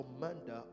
commander